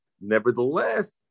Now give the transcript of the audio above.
nevertheless